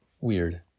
Weird